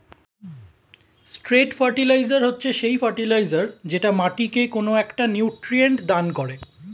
straight fertilizer হচ্ছে সেই fertilizer যেটা মাটিকে কোনো একটা নিউট্রিয়েন্ট দান করে